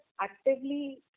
actively